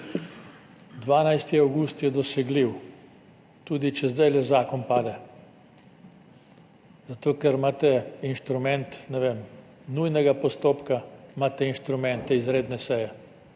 12. avgust je dosegljiv, tudi če zdajle zakon pade, zato ker imate instrument, ne vem, nujnega postopka, imate instrumente izredne seje,